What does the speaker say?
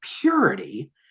purity